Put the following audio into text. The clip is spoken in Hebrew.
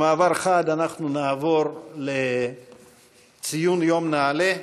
במעבר חד אנחנו נעבור לציון יום לנעל"ה,